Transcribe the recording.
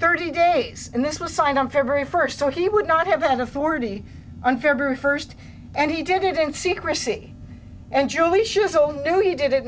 thirty days and this was signed on february first so he would not have an authority on february first and he did it in secrecy and you know we should all know he did it